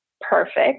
perfect